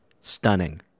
Stunning